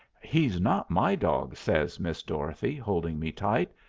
he's not my dog, says miss dorothy, holding me tight.